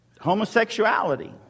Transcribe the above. homosexuality